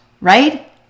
right